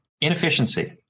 Inefficiency